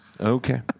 Okay